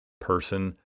person